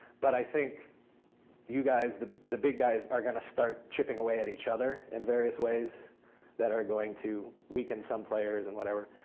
but i think you guys, the the big guys, are going to start chipping away at each other in various ways that are going to weaken some players and whatever.